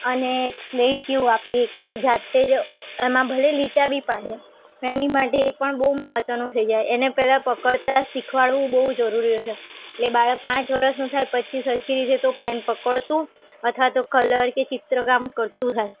અને એક સ્લેટ જેવું આપીએ કે જાતે જ એમાં ભલે લીટા બી પાડે એની માટે એ પણ બહુ મહત્ત્વનું થઇ જાય એને પહેલાં પકડતાં શીખવાડવું બહુ જરૂરી હોય છે એ બાળક પાંચ વર્ષનું થાય પછી સરખી રીતે તો પૅન પકડતું અથવા તો કલર કે ચિત્રકામ કરતું થાય